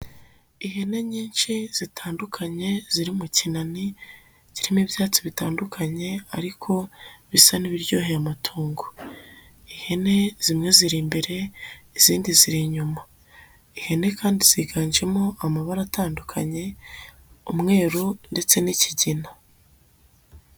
Ihene nyinshi zitandukanye ziri mu kinani, kirimo ibyatsi bitandukanye ariko bisa n'ibiryoheye amatungo. Ihene zimwe ziri imbere, izindi ziri inyuma. Ihene kandi ziganjemo amabara atandukanye umweru ndetse n'ikigina.